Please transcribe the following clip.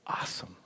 awesome